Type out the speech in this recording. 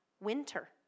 winter